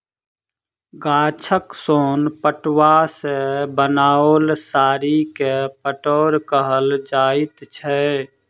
गाछक सोन पटुआ सॅ बनाओल साड़ी के पटोर कहल जाइत छै